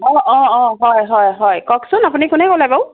অঁ অঁ অঁ হয় হয় হয় কওকচোন আপুনি কোনে ক'লে বাৰু